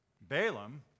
Balaam